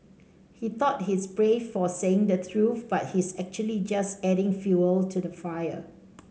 he thought he's brave for saying the truth but he's actually just adding fuel to the fire